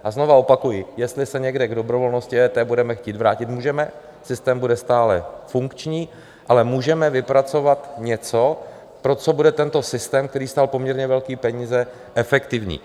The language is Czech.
A znova opakuji, jestli se někdy k dobrovolnosti EET budeme chtít vrátit, můžeme, systém bude stále funkční, ale můžeme vypracovat něco, pro co bude tento systém, který stál poměrně velké peníze, efektivní.